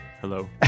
Hello